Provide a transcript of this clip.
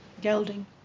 gelding